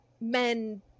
men